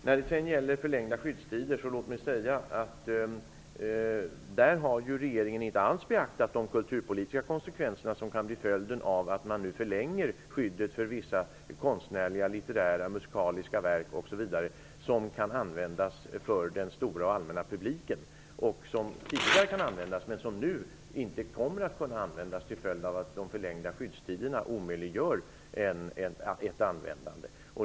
När det sedan gäller förlängda skyddstider har regeringen inte alls beaktat de kulturpolitiska konsekvenser som kan bli följden av att man nu förlänger skyddet för vissa konstnärliga, litterära, musikaliska verk osv. som kan användas för den stora och allmänna publiken. De kunde tidigare användas, men kommer nu inte att kunna användas till följd av att de förlängda skyddstiderna omöjliggör ett användande.